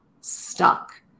stuck